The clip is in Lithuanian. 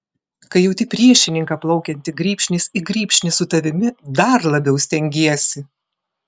kai jauti priešininką plaukiantį grybšnis į grybšnį su tavimi dar labiau stengiesi